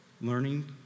learning